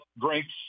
drinks